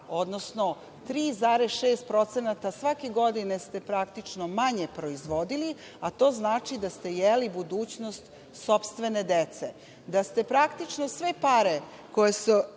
odnosno 3,6% svake godine ste praktično manje proizvodili, a to znači da ste jeli budućnost sopstvene dece. Da ste praktično sve pare koje